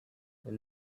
and